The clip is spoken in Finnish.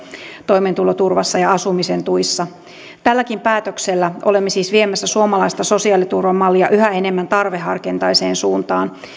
toimeentuloturvassa ja asumisen tuissa tälläkin päätöksellä olemme siis viemässä suomalaista sosiaaliturvamallia yhä enemmän tarveharkintaiseen suuntaan